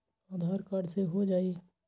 आधार card से हो जाइ?